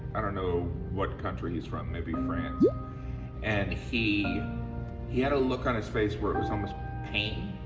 i don't know what country he's from, maybe france yeah and he he had a look on his face where it was almost pain.